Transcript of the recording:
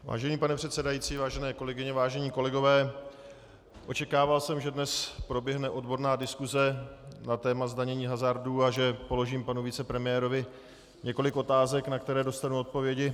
Vážený pane předsedající, vážené kolegyně, vážení kolegové, očekával jsem, že dnes proběhne odborná diskuse na téma zdanění hazardu a že položím panu vicepremiérovi několik otázek, na které dostanu odpovědi.